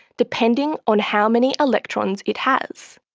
depending on how many electrons it has.